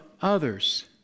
others